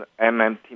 MMT